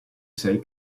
sei